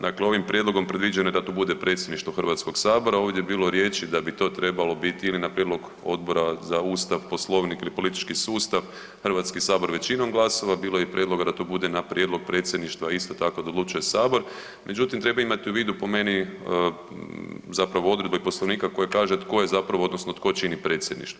Dakle ovim prijedlogom predviđeno je da to bude Predsjedništvo Hrvatskoga sabora, ovdje je bilo riječi da bi to trebalo biti ili na prijedlog Odbora za Ustav, Poslovnik i politički sustav, HS većinom glasova, bilo je i prijedloga da to bude na prijedlog Predsjedništva, isto tako da odlučuje Sabor, međutim, treba imati u vidu, po meni, zapravo odredbe Poslovnika koja kaže tko je zapravo, odnosno tko čini Predsjedništvo.